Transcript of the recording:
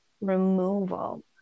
removal